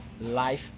life